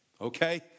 Okay